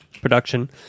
production